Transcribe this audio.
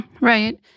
Right